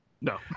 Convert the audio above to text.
No